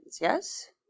Yes